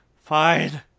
Fine